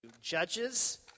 Judges